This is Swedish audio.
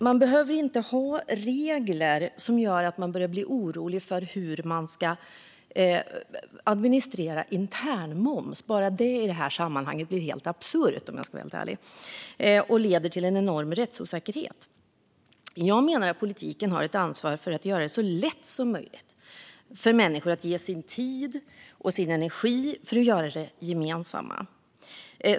Man behöver inte ha regler som gör att man börjar bli orolig för hur man ska administrera internmoms. Det blir helt absurt i det här sammanhanget, om jag ska vara helt ärlig, och leder till en enorm rättsosäkerhet. Jag menar att politiken har ett ansvar att göra det så lätt som möjligt för människor att ge sin tid och sin energi för att göra det gemensamma.